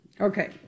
Okay